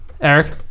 Eric